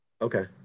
okay